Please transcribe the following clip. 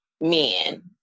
men